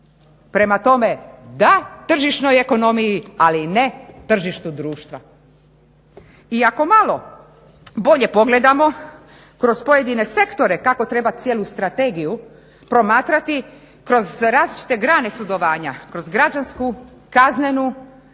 Prema tome da tržišnoj ekonomiji ali ne tržištu društva. I ako malo bolje pogledamo kroz pojedine sektore kako treba cijelu strategiju promatrati kroz različite grane sudovanja, kroz građansku, kaznenu,